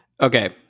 okay